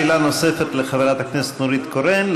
שאלה נוספת לחברת הכנסת נורית קורן.